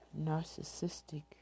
narcissistic